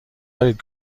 دارید